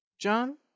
John